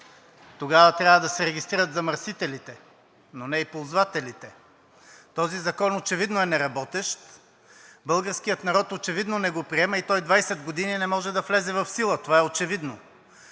тогава трябва да се регистрират замърсителите, но не и ползвателите. Този закон очевидно е неработещ. Българският народ очевидно не го приема и той 20 години не може да влезе в сила – това е очевидно.